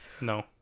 no